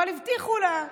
אבל הבטיחו לה.